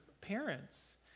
parents